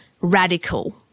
radical